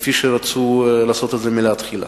כפי שרצו לעשות מלכתחילה,